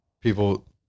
people